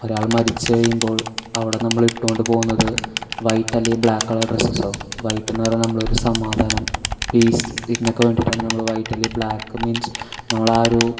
ഒരാൾ മരിച്ച് കഴിയുമ്പോൾ അവിടെ നമ്മൾ ഇട്ടുകൊണ്ട് പോകുന്നത് വൈറ്റ് അല്ലെങ്കിൽ ബ്ലാക്ക് കളർ ഡ്രസ്സസ്സോ വൈറ്റ് എന്ന് പറഞ്ഞാൽ നമ്മളൊരു സമാധാനം പീസ് ഇതിനൊക്കെ വേണ്ടിയിട്ടാണ് നമ്മൾ വൈറ്റ് അല്ലെങ്കിൽ ബ്ലാക്ക് മീൻസ് നമ്മൾ ആ ഒരു